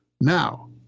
Now